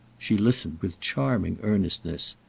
she listened with charming earnestness.